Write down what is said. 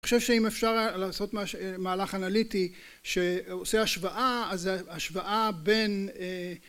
אני חושב שאם אפשר לעשות מהלך אנליטי שעושה השוואה אז השוואה בין